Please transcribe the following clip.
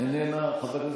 איננה.